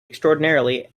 extraordinarily